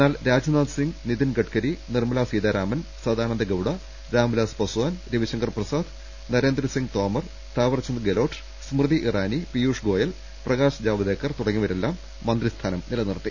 എന്നാൽ രാജ്നാഥ് സിംഗ് നിതിൻ ഗഡ്കരി നിർമല സീതാരാമൻ സദാനന്ദ ഗൌഡ രാംവിലാസ് പസ്വാൻ രവി ശങ്കർ പ്രസാദ് നരേന്ദ്രസിംഗ് തോമർ താവർചന്ദ് ഗഹ്ലോട്ട് സ്മൃതി ഇറാ നി പിയൂഷ് ഗോയൽ പ്രകാശ് ജാവ്ദേക്കർ തുടങ്ങിയവരെല്ലാം മന്ത്രിസ്ഥാനം നിലനിർത്തി